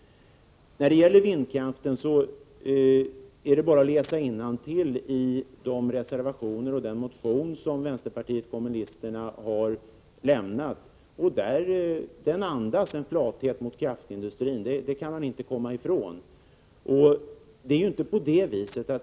När det gäller vindkraften är det bara att läsa innantill i vpk:s reservationer och motion. Motionen andas en flathet mot kraftindustrin; det kan man inte komma ifrån.